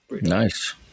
Nice